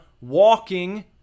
walking